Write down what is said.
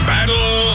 Battle